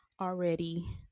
already